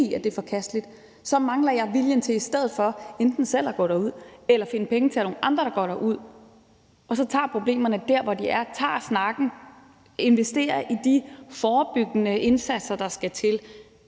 at det er forkasteligt, men jeg mangler i stedet for at se viljen til selv at gå derud eller at finde pengene til, at nogle andre går derud, og at man så tager problemerne der, hvor de er, og tager snakken og investerer i de forebyggende indsatser, der skal til.